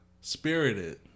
spirited